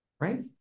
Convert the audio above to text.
right